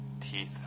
teeth